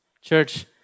Church